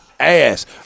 ass